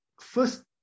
First